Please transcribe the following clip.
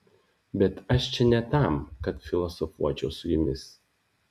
bet aš čia ne tam kad filosofuočiau su jumis